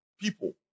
people